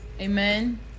amen